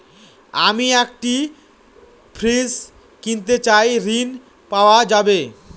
আমি একটি ফ্রিজ কিনতে চাই ঝণ পাওয়া যাবে?